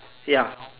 ya